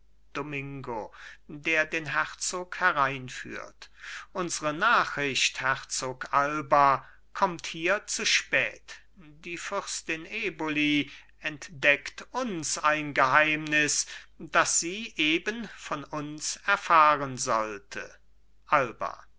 domingo der den herzog hereinführt unsre nachricht herzog alba kommt hier zu spät die fürstin eboli entdeckt uns ein geheimnis das sie eben von uns erfahren sollte alba